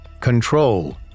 control